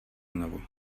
znovu